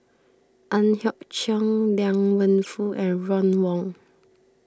Ang Hiong Chiok Liang Wenfu and Ron Wong